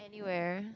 any where